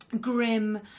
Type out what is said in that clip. grim